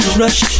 rush